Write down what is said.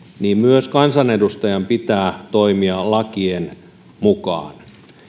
niin myös kansanedustajan pitää toimia lakien mukaan